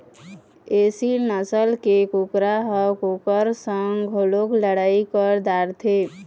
एसील नसल के कुकरा ह कुकुर संग घलोक लड़ई कर डारथे